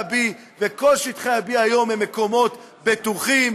B. כל שטחי B היום הם מקומות בטוחים,